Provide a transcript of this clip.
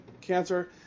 cancer